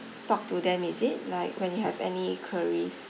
talk to them is it like when you have any queries